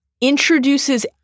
introduces